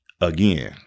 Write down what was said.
Again